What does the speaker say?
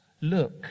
look